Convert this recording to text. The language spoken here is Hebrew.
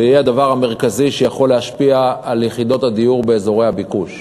וזה הדבר המרכזי שיכול להשפיע על יחידות הדיור באזורי הביקוש.